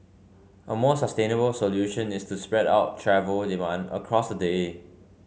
a more sustainable solution is to spread out travel demand across the day